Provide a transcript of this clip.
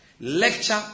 lecture